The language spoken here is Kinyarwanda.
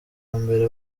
mbere